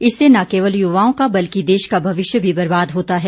इससे न केवल युवाओं का बल्कि देश का भविष्य भी बर्बाद होता है